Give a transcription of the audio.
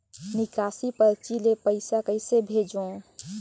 निकासी परची ले पईसा कइसे भेजों?